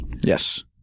yes